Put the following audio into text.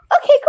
Okay